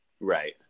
Right